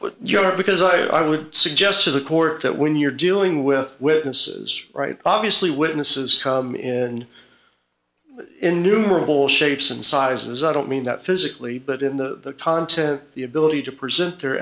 but you are because i would suggest to the court that when you're dealing with witnesses right obviously witnesses come in in numerable shapes and sizes i don't mean that physically but in the context of the ability to present their